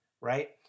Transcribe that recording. right